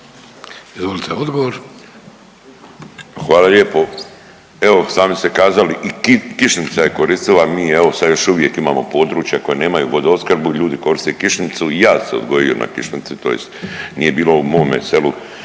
Miro (MOST)** Hvala lijepo. Evo, sami ste kazali, i kišnica je koristila, mi evo, sad još uvijek imamo područja koja nemaju vodoopskrbu, ljudi koriste kišnicu i ja sam se odgojio na kišnici, tj. nije bilo u mome selu